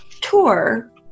tour